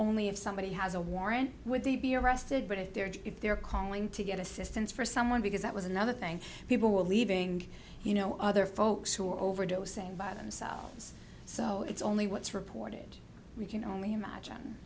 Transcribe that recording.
only if somebody has a warrant would they be arrested but if they're if they're calling to get assistance for someone because that was another thing people were leaving you know other folks who overdose and by themselves so it's only what's reported we can only imagine